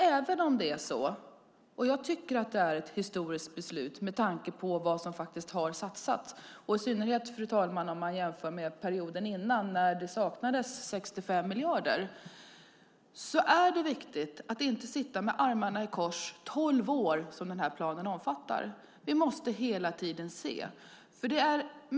Även om jag tycker att det är ett historiskt beslut med tanke på vad som faktiskt har satsats, i synnerhet, fru talman, om man jämför med perioden innan när det saknades 65 miljarder, är det viktigt att inte sitta med armarna i kors i tolv år, som den här planen omfattar. Vi måste hela tiden se på det här.